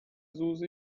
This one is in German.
susi